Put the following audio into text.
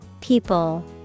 People